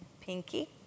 Pinky